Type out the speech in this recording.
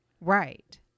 Right